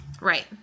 Right